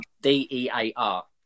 D-E-A-R